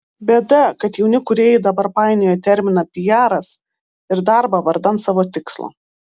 bėda kad jauni kūrėjai dabar painioja terminą piaras ir darbą vardan savo tikslo